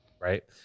right